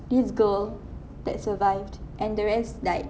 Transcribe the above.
this girl that survived and the rest died